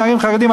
נערים חרדים,